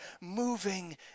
moving